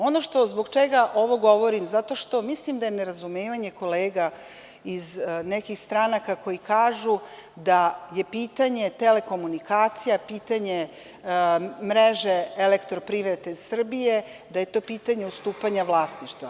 Ono zbog čega ovo govorim, zato što mislim da je nerazumevanje kolega iz nekih stranaka koji kažu da je pitanje telekomunikacija, pitanje mreže elektroprivrede Srbije, da je to pitanje ustupanja vlasništva.